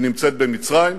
היא נמצאת במצרים,